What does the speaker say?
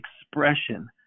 expression